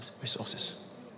resources